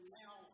now